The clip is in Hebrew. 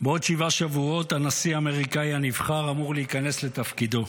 בעוד שבעה שבועות הנשיא האמריקאי הנבחר אמור להיכנס לתפקידו.